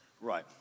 Right